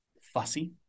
fussy